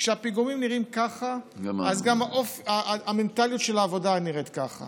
כשהפיגומים נראים ככה אז גם המנטליות של העבודה נראית ככה